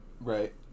Right